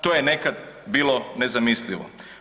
To je nekad bilo nezamislivo.